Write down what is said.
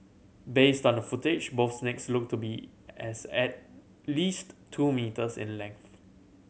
based on the footage both snakes looked to be as at least two metres in length